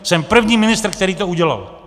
Jsem první ministr, který to udělal.